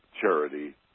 charity